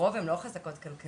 הרוב הן לא חזקות כלכלית,